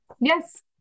Yes